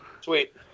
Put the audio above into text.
Sweet